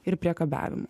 ir priekabiavimo